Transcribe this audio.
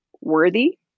worthy